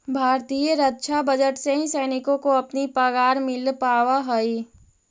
भारतीय रक्षा बजट से ही सैनिकों को अपनी पगार मिल पावा हई